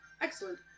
Excellent